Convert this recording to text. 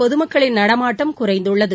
பொதுமக்களின் நடமாட்டம் குறைந்துள்ளது